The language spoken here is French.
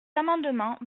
amendement